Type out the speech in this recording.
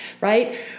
right